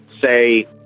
say